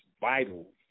vital